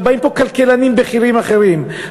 באים לפה כלכלנים בכירים אחרים,